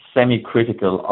Semi-critical